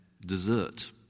dessert